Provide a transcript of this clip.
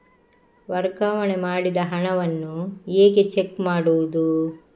ವರ್ಗಾವಣೆ ಮಾಡಿದ ಹಣವನ್ನು ಹೇಗೆ ಚೆಕ್ ಮಾಡುವುದು?